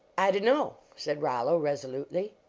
i dunno, said rollo, resolutely.